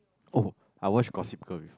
oh I watch Gossip Girl before